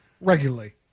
Regularly